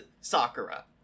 Sakura